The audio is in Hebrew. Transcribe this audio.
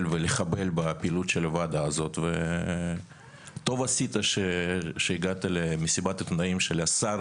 ולחבל בפעילות שהועדה הזאת וטוב עשית שהגעת למסיבת העיתונאים של השר